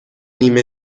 نیمه